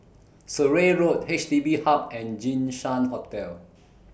Surrey Road H D B Hub and Jinshan Hotel